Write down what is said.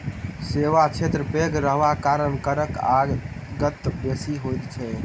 सेवा क्षेत्र पैघ रहबाक कारणेँ करक आगत बेसी होइत छै